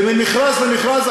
וממכרז למכרז,